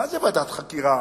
מה זה ועדת חקירה,